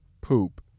poop